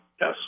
Yes